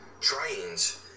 trains